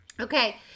Okay